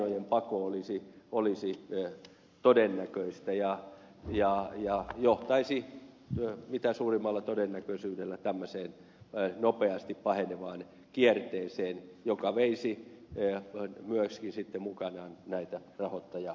tällainen lainojen pako olisi todennäköistä ja johtaisi mitä suurimmalla todennäköisyydellä nopeasti pahenevaan kierteeseen joka veisi mukanaan myöskin näitä rahoittajapankkeja